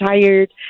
tired